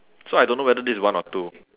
so I don't know whether this is one or two